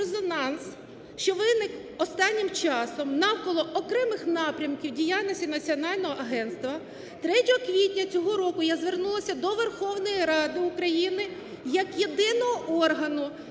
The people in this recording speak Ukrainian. що виник останнім часом навколо окремих напрямків діяльності національного агентства, 3 квітня цього року я звернулася до Верховної Ради України як єдиного органу,